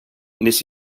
nes